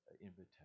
invitation